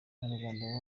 abanyarwanda